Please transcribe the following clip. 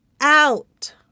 out